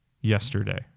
yesterday